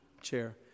Chair